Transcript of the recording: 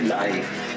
life